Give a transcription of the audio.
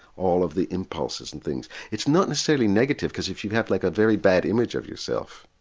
all of the impulses and things. it's not necessarily negative because if you have like a very bad image of yourself,